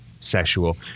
Sexual